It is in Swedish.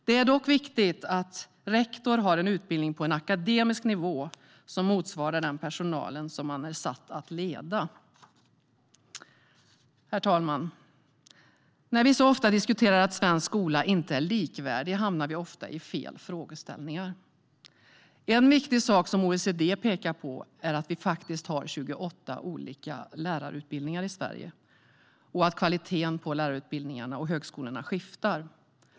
Det är dock viktigt att rektor har en utbildning på en akademisk nivå som motsvarar den utbildningsnivå personalen som man är satt att leda har. Herr talman! När vi så ofta diskuterar att svensk skola inte är likvärdig hamnar vi ofta i fel frågeställningar. En viktig sak som OECD pekar på är att vi faktiskt har 28 olika lärarutbildningar i Sverige och att kvaliteten på de olika lärarutbildningarna och högskolorna skiftar.